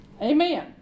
Amen